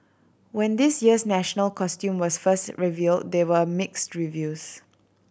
when this year's national costume was first revealed there were mixed reviews